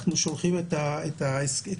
אנחנו שולחים את המסרון.